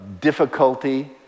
difficulty